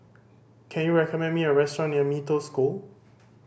can you recommend me a restaurant near Mee Toh School